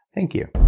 thank you